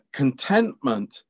contentment